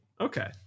Okay